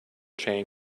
chain